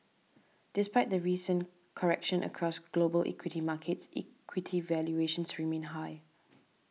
despite the recent correction across global equity markets equity valuations remain high